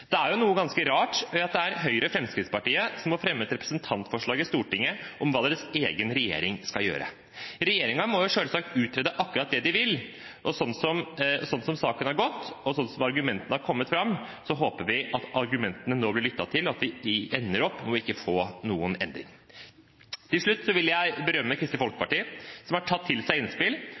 Det er noe ganske rart at Høyre og Fremskrittspartiet må fremme et representantforslag i Stortinget om hva deres egen regjering skal gjøre. Regjeringen må selvsagt utrede akkurat det de vil, og sånn som saken har gått, og sånn som argumentene har kommet fram, håper vi at argumentene nå blir lyttet til, og at vi ender opp med ikke å få noen endring. Til slutt vil jeg berømme Kristelig Folkeparti, som har tatt til seg innspill,